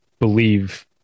believe